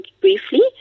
briefly